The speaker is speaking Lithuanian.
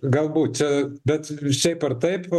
galbūt čia bet šiaip ar taip